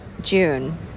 June